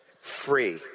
free